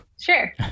sure